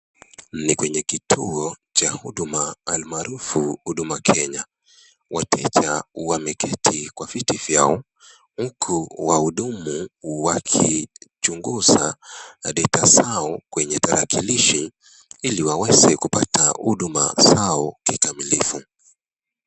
Ni kwenye kituo cha huduma almarufu huduma Kenya. Wateja wameketi kwa viti vyao huku wahudumu wakichunguza data zao kwenye tarakilishi ili waweze kupata huduma zao kikamilifu.